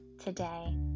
today